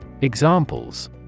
Examples